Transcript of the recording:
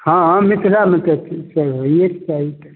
हँ मिथिलामे तऽ चीज सब होइएके चाही